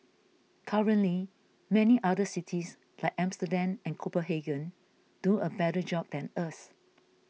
currently many other cities like Amsterdam and Copenhagen do a better job than us